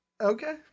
Okay